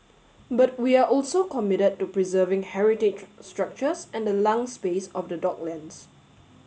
but we are also committed to preserving heritage structures and the lung space of the docklands